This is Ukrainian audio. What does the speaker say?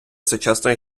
сучасної